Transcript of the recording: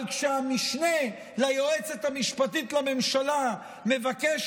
אבל כשהמשנה ליועצת המשפטית לממשלה מבקש